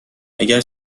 اگر